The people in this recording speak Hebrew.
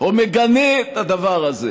או מגנה את הדבר הזה.